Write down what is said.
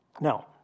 Now